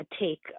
take